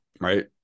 right